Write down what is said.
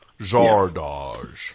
Zardoz